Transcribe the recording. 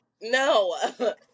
No